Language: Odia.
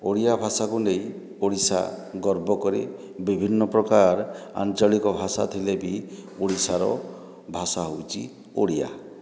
ଓଡ଼ିଆଭାଷାକୁ ନେଇ ଓଡ଼ିଶା ଗର୍ବ କରେ ବିଭିନ୍ନ ପ୍ରକାର ଆଞ୍ଚଳିକ ଭାଷା ଥିଲେ ବି ଓଡ଼ିଶାର ଭାଷା ହେଉଛି ଓଡ଼ିଆ